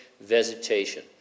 vegetation